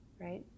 right